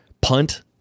punt